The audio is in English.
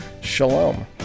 shalom